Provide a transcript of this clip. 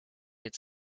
its